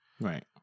Right